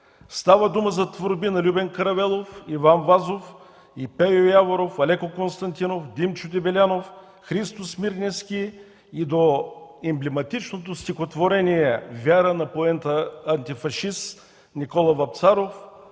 Става дума за творби на Любен Каравелов, Иван Вазов, Пейо Яворов, Алеко Константинов, Димчо Дебелянов, Христо Смирненски – до емблематичното стихотворение „Вяра” на поета антифашист Никола Вапцаров,